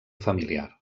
familiar